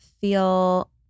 feel